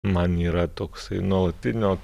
man yra toksai nuolatinio